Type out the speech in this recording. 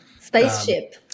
Spaceship